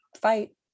fight